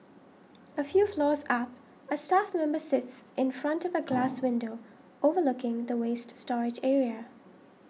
a few floors up a staff member sits in front of a glass window overlooking the waste storage area